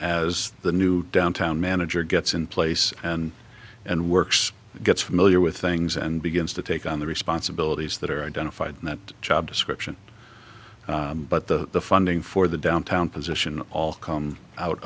as the new downtown manager gets in place and and works gets familiar with things and begins to take on the responsibilities that are identified in that job description but the funding for the downtown position all come out